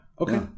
Okay